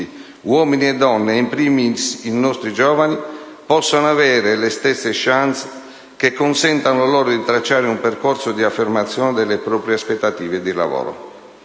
uomini e donne, e *in* *primis* i nostri giovani, possano avere le stesse *chance* che consentano loro di tracciare un percorso di affermazione delle proprie aspettative di lavoro.